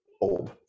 old